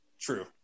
True